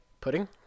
pudding